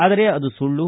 ಆದರೆ ಅದು ಸುಳ್ಳು